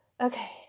okay